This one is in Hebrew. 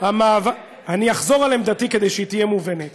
אני אחזור על עמדתי, כדי שהיא תהיה מובנת.